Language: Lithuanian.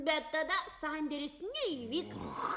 bet tada sandėris neįvyks